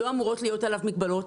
לא אמורות להיות עליו מגבלות,